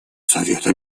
совета